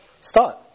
start